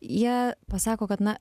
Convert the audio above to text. jie pasako kad na